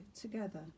together